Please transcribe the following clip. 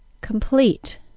Complete